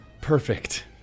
Perfect